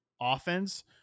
offense